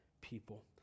people